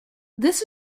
this